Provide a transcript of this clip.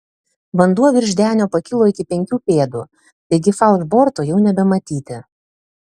vanduo virš denio pakilo iki penkių pėdų taigi falšborto jau nebematyti